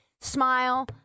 smile